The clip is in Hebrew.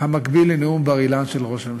המקביל ל"נאום בר-אילן" של ראש הממשלה.